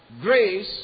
grace